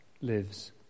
lives